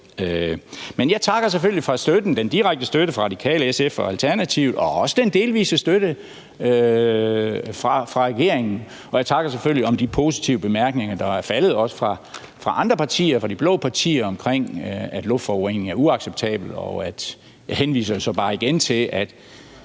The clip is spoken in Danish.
Men jeg takker selvfølgelig for støtten – den direkte støtte fra Radikale, SF og Alternativet og også den delvise støtte fra regeringen. Og jeg takker selvfølgelig for de positive bemærkninger, der er faldet, også fra andre partier – fra de blå partier, i forhold til at luftforurening er uacceptabelt. Og jeg henviser så bare igen til, at